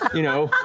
you know,